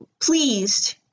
pleased